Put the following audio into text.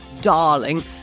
darling